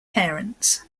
parents